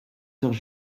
sœurs